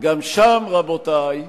גם שם, רבותי,